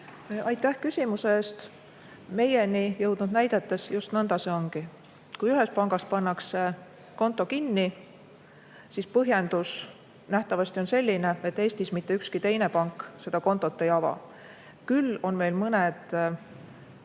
Aitäh küsimuse eest! Meieni jõudnud näidetes just nõnda see ongi olnud. Kui ühes pangas pannakse konto kinni, siis põhjendus on nähtavasti selline, et Eestis mitte ükski teine pank seda kontot ei ava. Küll on meil infot